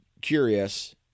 curious